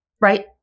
right